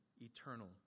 eternal